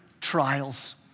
trials